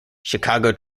chicago